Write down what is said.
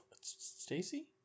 Stacy